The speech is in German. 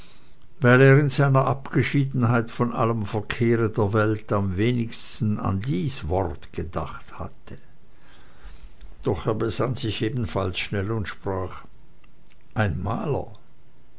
in seiner abgeschiedenheit von allem verkehre der welt am wenigsten an dies wort gedacht hatte doch besann er sich ebenfalls schnell und sprach ein maler